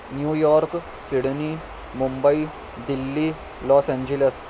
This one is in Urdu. new York Sydney Mumbai Delhi Los angels